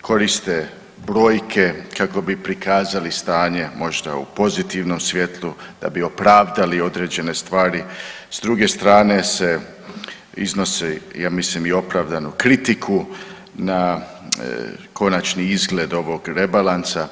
koriste brojke kako bi prikazali stanje možda u pozitivnom svjetlu da bi opravdali određene stvari, s druge strane se iznose ja mislim i opravdano kritiku na konačni izgled ovog rebalansa.